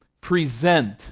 Present